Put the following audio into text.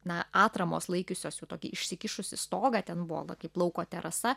na atramos laikiusios jau tokį išsikišusį stogą ten buvo la kaip lauko terasa